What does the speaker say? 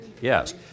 Yes